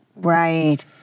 Right